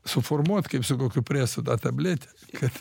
suformuot kaip su kokiu presu tą tabletę kad